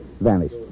vanished